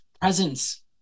presence